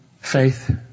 faith